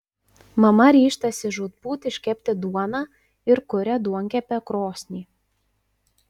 mama ryžtasi žūtbūt iškepti duoną ir kuria duonkepę krosnį